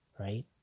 Right